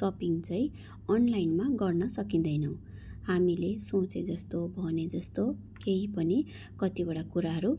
shopping चाहिँ अनलाइनमा गर्न सकिँदैनौँ हामीले सोचेजस्तो भनेजस्तो केही पनि कतिवटा कुराहरू